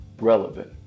relevant